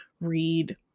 read